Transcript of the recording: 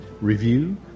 review